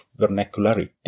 vernacularity